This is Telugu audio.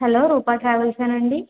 హలో రూప ట్రావెల్సేనా అండి